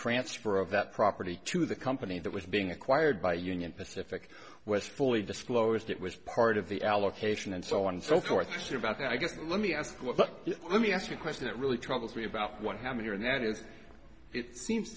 transfer of that property to the company that was being acquired by union pacific was fully disclosed it was part of the allocation and so on and so forth to see about that i guess let me ask let me ask you a question that really troubles me about what happened here and that is it seems